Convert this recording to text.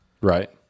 Right